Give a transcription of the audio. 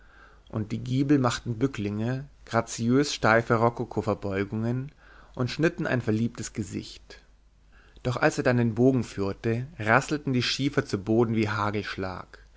und die giebel machten bücklinge graziös steife rokokoverbeugungen und schnitten ein verliebtes gesicht doch als er dann den bogen führte rasselten die schiefer zu boden wie hagelschlag